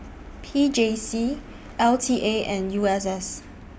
P J C L T A and U S S